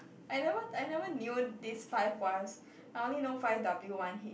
I never I never knew this five wives I only know five W one H